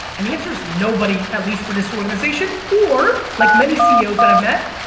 and the answer is nobody at least from this organization or like many ceos that i've met,